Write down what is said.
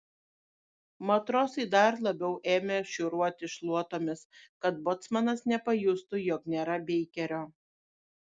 matrosai dar labiau ėmė šiūruoti šluotomis kad bocmanas nepajustų jog nėra beikerio